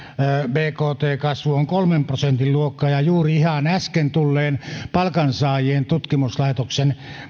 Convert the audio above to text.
bkt kasvu on kolmen prosentin luokkaa ja juuri ihan äsken tulleen palkansaajien tutkimuslaitoksen